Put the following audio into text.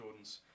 Jordans